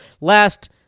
Last